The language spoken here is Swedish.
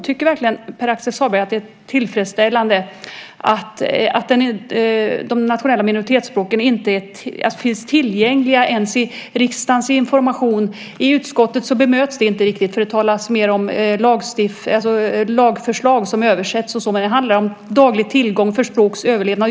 Tycker verkligen Pär Axel Sahlberg att det är tillfredsställande att de nationella minoritetsspråken inte finns tillgängliga ens i riksdagens information? I utskottet bemöts det inte riktigt. Det talas mer om lagförslag som översätts och så. Men det här handlar om daglig tillgång för språks överlevnad.